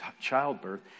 childbirth